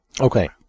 Okay